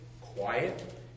quiet